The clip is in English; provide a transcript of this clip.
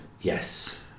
Yes